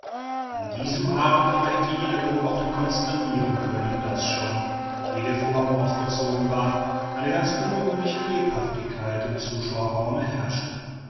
an diesem abend aber hätte jeder beobachter constatiren können daß schon ehe der vorhang aufgezogen war eine ganz ungewöhnliche lebhaftigkeit im zuschauerraume herrschte